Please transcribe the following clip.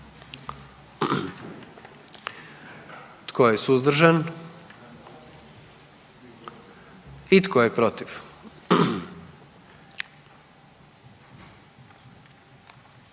Tko je suzdržan? I tko je protiv?